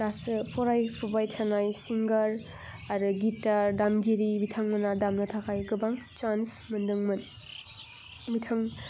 दासो फरायफुबाय थानाय सिंगार आरो गिटार दामगिरि बिथांमोनहा दामनो थाखाय गोबां चान्स मोनदोंमोन बिथां